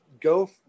go